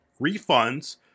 refunds